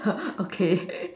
okay